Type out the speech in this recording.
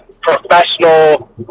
professional